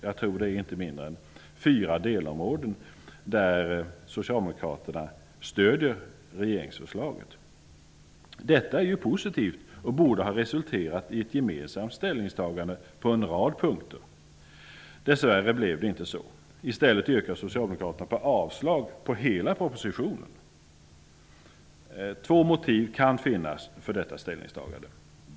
Jag tror att det inte är mindre än fyra delområden där socialdemokraterna stöder regeringsförslaget. Detta är positivt och borde ha resulterat i ett gemensamt ställningstagande på en rad punkter. Dess värre blev det inte så. I stället yrkar socialdemokraterna avslag på hela propositionen. Två motiv kan finnas för detta ställningstagande.